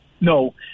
No